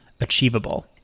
achievable